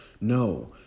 No